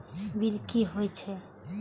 Bill की हौए छै?